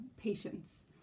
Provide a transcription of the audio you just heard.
patience